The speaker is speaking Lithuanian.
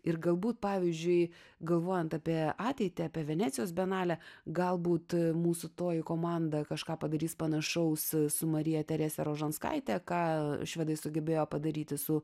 ir galbūt pavyzdžiui galvojant apie ateitį apie venecijos bienalę galbūt mūsų toji komanda kažką padarys panašaus su marija terese rožanskaite ką švedai sugebėjo padaryti su